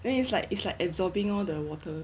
then it's like it's like absorbing all the water